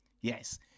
yes